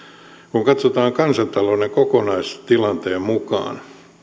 kun katsotaan kansantalouden kokonaistilanteen mukaan